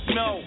no